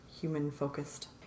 human-focused